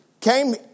came